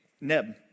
Neb